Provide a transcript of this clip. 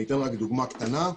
ואני את דוגמה קטנה.